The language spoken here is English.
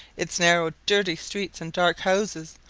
its narrow, dirty streets and dark houses,